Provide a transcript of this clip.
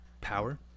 Power